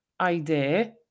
idea